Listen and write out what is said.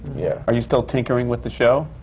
yeah. are you still tinkering with the show?